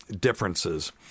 differences